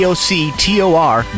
D-O-C-T-O-R